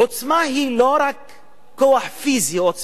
עוצמה היא לא רק כוח פיזי או צבאי,